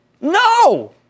No